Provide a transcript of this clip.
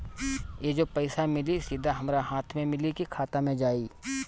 ई जो पइसा मिली सीधा हमरा हाथ में मिली कि खाता में जाई?